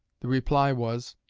the reply was,